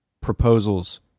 proposals